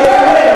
שישתוק.